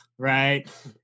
Right